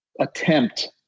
Attempt